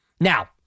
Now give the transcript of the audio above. Now